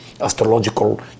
astrological